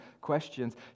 questions